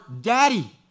Daddy